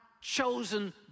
chosen